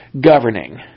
governing